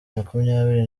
makumyabiri